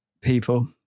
people